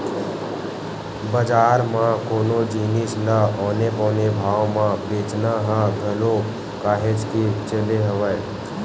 बजार म कोनो जिनिस ल औने पौने भाव म बेंचना ह घलो काहेच के चले हवय